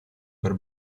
per